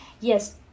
yes